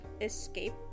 escape